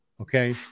okay